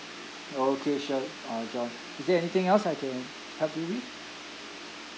okay sure uh john is there anything else I can help you with